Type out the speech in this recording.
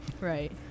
Right